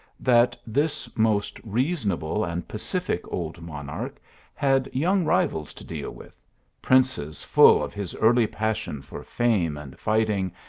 that this most reason able and pacific old monarch had young rivals to deal with princes full of his early passion for fame and fighting,